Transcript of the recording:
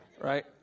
right